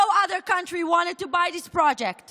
No other country wanted to buy this project,